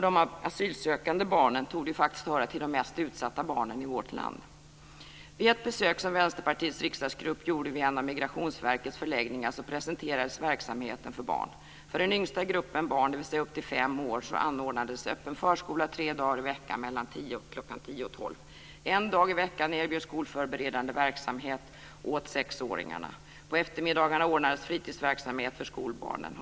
De asylsökande barnen torde faktiskt höra till de mest utsatta barnen i vårt land. Vid ett besök som Vänsterpartiets riksdagsgrupp gjorde vid en av Migrationsverkets förläggningar presenterades barnverksamheten. För den yngsta gruppen barn, dvs. barn upp till fem år, anordnades öppen förskola tre dagar i veckan mellan kl. 10 och kl. 12. En dag i veckan erbjöds skolförberedande verksamhet för sexåringarna. På eftermiddagarna ordnades fritidsverksamhet för skolbarnen.